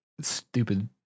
Stupid